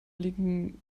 liegen